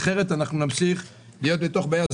אחרת אנחנו נמשיך להיות בתוך בעיה.